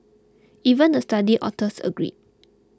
even the study authors agreed